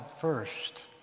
first